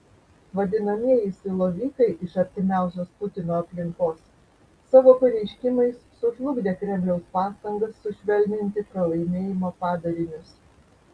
vadinamieji silovikai iš artimiausios putino aplinkos savo pareiškimais sužlugdė kremliaus pastangas sušvelninti pralaimėjimo padarinius